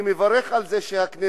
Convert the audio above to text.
אני מברך על זה שהכנסת